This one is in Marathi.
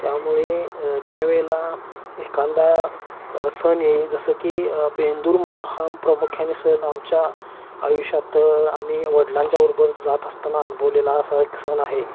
त्यामुळे ज्यावेळेला एखादा सण आहे जसं की बेंदूर म्हणून हा प्रामुख्याने सण आमच्या आयुष्यात आम्ही वडिलांच्याबरोबर जात असताना अनुभवलेला असा एक सण आहे